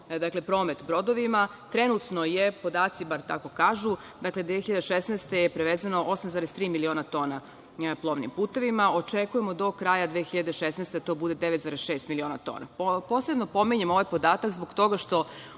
promet brodovima. Trenutno je, podaci bar tako kažu, 2016. godine je prevezeno 8,3 miliona tona na plovnim putevima. Očekujemo do kraja 2016. godine da to bude 9,6 miliona tona. Posebno pominjem ovaj podatak zbog toga što